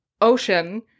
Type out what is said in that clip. Ocean